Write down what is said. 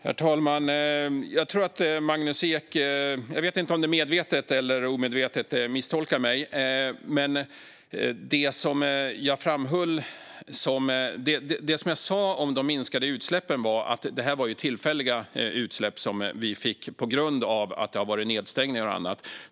Herr talman! Jag vet inte om det är medvetet eller omedvetet, men Magnus Ek misstolkar mig. Det jag sa om de minskade utsläppen var att det handlade om tillfälliga minskningar som vi såg på grund av nedstängningar och annat.